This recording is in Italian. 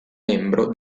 membro